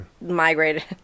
migrated